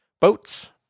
boats